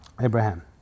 Abraham